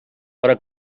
però